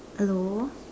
hello